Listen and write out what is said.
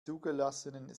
zugelassenen